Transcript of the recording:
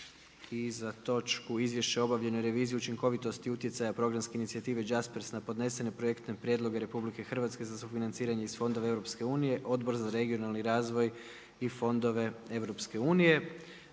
I za točku Izvješće o obavljenoj reviziji učinkovitosti utjecaja programske inicijative JASPERS na podnesene projektne prijedloge Republike Hrvatske za sufinanciranje iz fondova Europske Unije Odbor za regionalni razvoj i fondove EU.